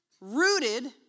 rooted